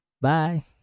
bye